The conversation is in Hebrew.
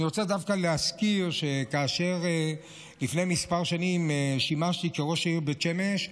אני רוצה דווקא להזכיר שכאשר לפני כמה שנים שימשתי ראש העיר בית שמש,